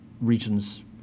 regions